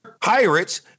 Pirates